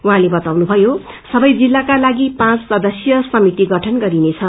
उझैंले बताउनुथयो सवै जिल्लाका लागि पाँच सदस्यीय समिति गठन गरिनेछ